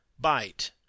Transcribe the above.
bite